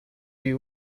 you